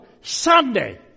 Sunday